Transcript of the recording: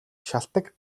шалтаг